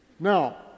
Now